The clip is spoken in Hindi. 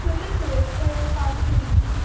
सुबह सुबह छः सात के बीच में